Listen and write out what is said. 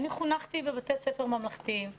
אני חונכתי בבתי ספר ממלכתיים כילדה.